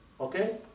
okay